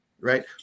right